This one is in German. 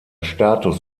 status